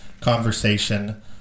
conversation